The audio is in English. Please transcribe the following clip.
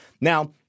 Now